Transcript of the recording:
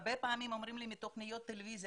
הרבה פעמים אומרים לי מתוכניות טלוויזיה